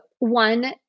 One